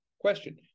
question